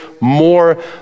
more